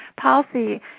Policy